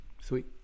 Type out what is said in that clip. Sweet